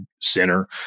center